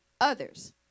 others